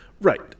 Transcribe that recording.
Right